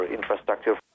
infrastructure